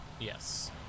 Yes